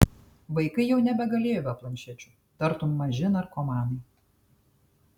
vaikai jau nebegalėjo be planšečių tartum maži narkomanai